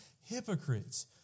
hypocrites